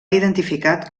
identificat